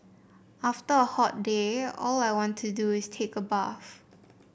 after a hot day all I want to do is take a bath